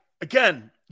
again